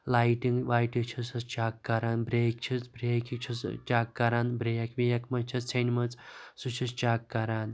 lighting وایٹِہٕ چھُسَس check کَران بیٚیہِ چھُس بریکہِ چھُس چیٚک کران بریک وریک ما چھس ژھیٚنمٕژ سُہ چھُس چیٚک کَران